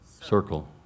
Circle